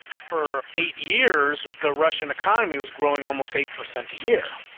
for eight years the russian economy was growing almost eight percent a year,